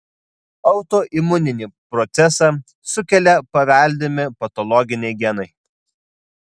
autoimuninį procesą sukelia paveldimi patologiniai genai